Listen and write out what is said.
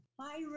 Hi